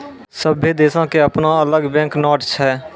सभ्भे देशो के अपनो अलग बैंक नोट छै